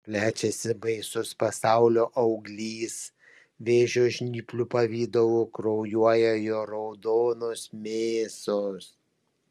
plečiasi baisus pasaulio auglys vėžio žnyplių pavidalu kraujuoja jo raudonos mėsos